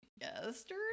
yesterday